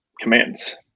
commands